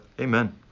Amen